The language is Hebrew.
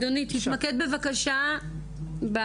אבל, אדוני, תתמקד בבקשה בסוגיה.